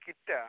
കിറ്റാ